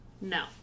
No